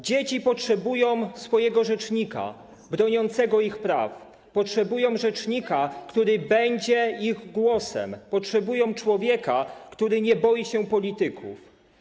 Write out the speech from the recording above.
Dzieci potrzebują swojego rzecznika broniącego ich praw, potrzebują rzecznika, który będzie ich głosem, potrzebują człowieka, który nie boi się polityków.